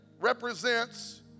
represents